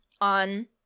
on